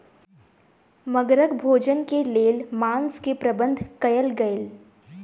मगरक भोजन के लेल मांस के प्रबंध कयल गेल